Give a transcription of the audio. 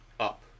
up